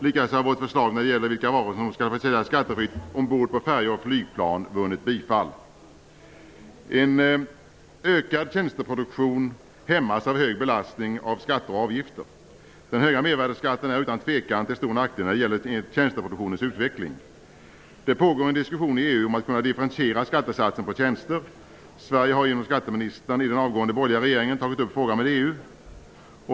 Likaså har vårt förslag när det gäller vilka varor som skall få säljas skattefritt ombord på färjor och flygplan vunnit bifall. En ökad tjänsteproduktion hämmas av en hög belastning av skatter och avgifter. Den höjda mervärdesskatten är utan tvekan till stor nackdel när det gäller tjänsteproduktionens utveckling. Det pågår en diskussion i EU om att kunna differentiera skattesatsen på tjänster. Sverige har genom skatteministern i den nyligen avgångna borgerliga regeringen tagit upp frågan med EU.